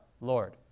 Lord